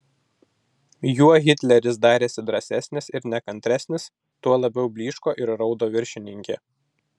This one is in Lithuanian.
juo hitleris darėsi drąsesnis ir nekantresnis tuo labiau blyško ir raudo viršininkė